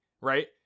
right